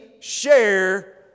share